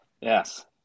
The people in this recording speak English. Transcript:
Yes